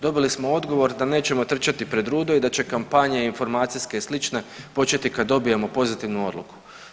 Dobili smo odgovor da nećemo trčati pred rudo i da čekam … informacijske i slične početi kad dobijemo pozitivnu odluku.